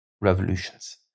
revolutions